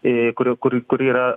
į kurių kur kur yra